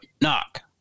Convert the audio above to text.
knock